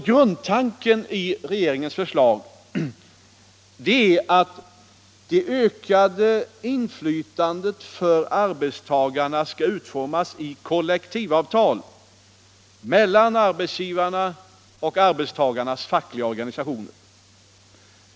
Grundtanken i regeringens förslag är att det ökande inflytandet för arbetstagarna skall utformas i kollektivavtal mellan arbetsgivarna och arbetstagarnas fackliga organisationer.